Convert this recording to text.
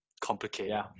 complicated